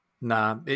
Nah